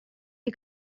you